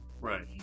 Right